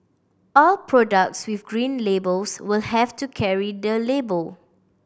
all products with Green Labels will have to carry the label